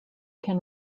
can